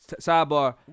sidebar